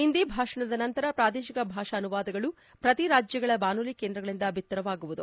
ಹಿಂದಿ ಭಾಷಣದ ನಂತರ ಪ್ರಾದೇಶಿಕ ಭಾಷಾ ಅನುವಾದಗಳು ಪ್ರತಿ ರಾಜ್ಯಗಳ ಬಾನುಲಿ ಕೇಂದ್ರಗಳಿಂದ ಬಿತ್ತರವಾಗುವುದು